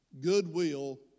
goodwill